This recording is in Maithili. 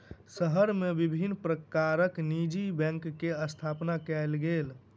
शहर मे विभिन्न प्रकारक निजी बैंक के स्थापना कयल गेल